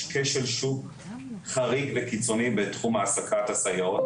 יש כשל שוק חריג וקיצוני בתחום העסקת הסייעות,